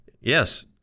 Yes